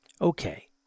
Okay